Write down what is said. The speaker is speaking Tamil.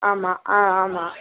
ஆமாம் ஆ ஆமாம்